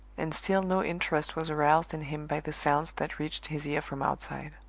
and still no interest was aroused in him by the sounds that reached his ear from outside.